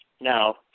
Now